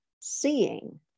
seeing